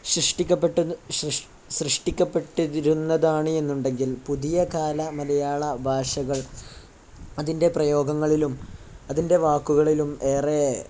സൃഷ്ടിക്കപ്പെട്ടിരുന്നതാണ് എന്നുണ്ടെങ്കിൽ പുതിയ കാല മലയാള ഭാഷകൾ അതിൻ്റെ പ്രയോഗങ്ങളിലും അതിൻ്റെ വാക്കുകളിലും ഏറെ